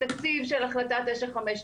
בתקציב של החלטה 929,